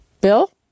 Bill